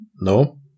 No